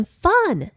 fun